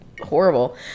horrible